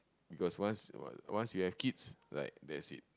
because once once you have kids like that's it